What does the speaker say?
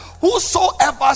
Whosoever